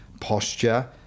posture